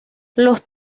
los